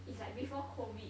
it's like before COVID